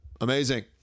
Amazing